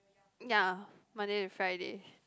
ya Monday to Friday